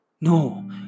No